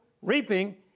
reaping